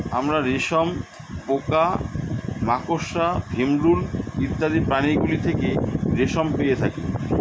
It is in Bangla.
আমরা রেশম পোকা, মাকড়সা, ভিমরূল ইত্যাদি প্রাণীগুলো থেকে রেশম পেয়ে থাকি